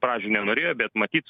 pradžių nenorėjo bet matyt